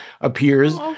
appears